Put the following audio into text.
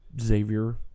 Xavier